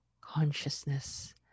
consciousness